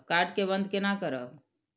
Card के बन्द केना करब?